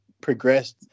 progressed